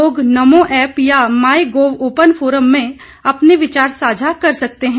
लोग नमो ऐप या my gov open forum में अपने विचार साझा कर सकते हैं